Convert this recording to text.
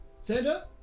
Santa